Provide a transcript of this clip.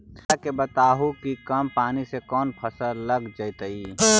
हमरा के बताहु कि कम पानी में कौन फसल लग जैतइ?